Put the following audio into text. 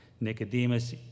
Nicodemus